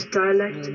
dialect